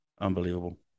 unbelievable